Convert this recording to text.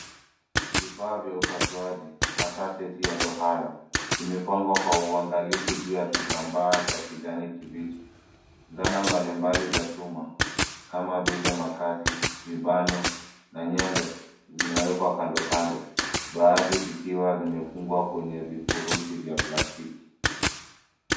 Vifaa vya upasuaji, hasa seti ya tohara, imepangwa kwa uangalifu juu ya kitambaa cha kijani kibichi. Zana mbalimbali za chuma kama vile makasi, vibano na nyembe zimewekwa kando kando, baadhi zikiwa zimefungwa kwenye vifurushi vya plastiki.